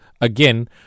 again